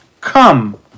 come